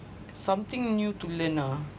something new to learn ah